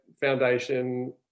foundation